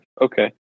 okay